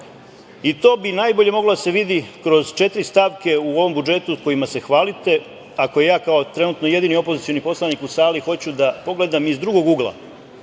i to bi najbolje moglo da se vidi kroz četiri stavke u ovom budžetu kojima se hvalite, a koje ja kao trenutno jedini opozicioni poslanik u sali hoću da pogledam iz drugog ugla,